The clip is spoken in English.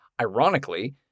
ironically